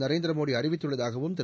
Narendra Modi அறிவித்துள்ளதாகவும் Thiru